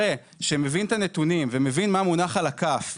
שמבין את הנתונים ומבין מה מונח על הכף,